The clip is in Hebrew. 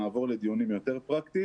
נעבור לדיונים פרקטיים,